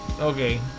Okay